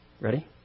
Ready